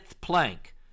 plank